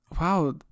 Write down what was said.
Wow